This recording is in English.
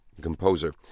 composer